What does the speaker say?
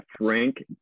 Frank